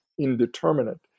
indeterminate